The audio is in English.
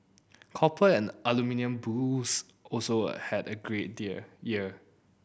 copper and aluminium bulls also had a great dear year